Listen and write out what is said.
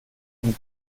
ihm